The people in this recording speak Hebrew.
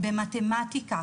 במתמטיקה.